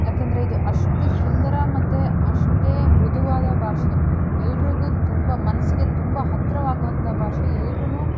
ಯಾಕೆಂದರೆ ಇದು ಅಷ್ಟು ಸುಂದರ ಮತ್ತು ಅಷ್ಟೇ ಮೃದುವಾದ ಭಾಷೆ ಎಲ್ರಿಗೂ ತುಂಬ ಮನಸಿಗೆ ತುಂಬ ಹತ್ತಿರವಾಗುವಂಥ ಭಾಷೆ ಎಲ್ರೂ